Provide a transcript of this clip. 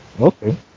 Okay